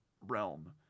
realm